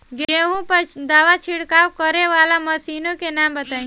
गेहूँ पर दवा छिड़काव करेवाला मशीनों के नाम बताई?